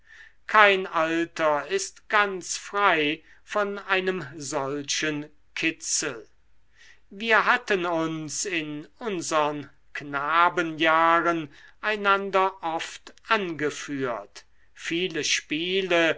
kein alter ist ganz frei von einem solchen kitzel wir hatten uns in unsern knabenjahren einander oft angeführt viele spiele